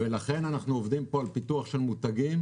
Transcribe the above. לכן אנחנו עובדים פה על פיתוח של מותגים